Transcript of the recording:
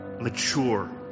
mature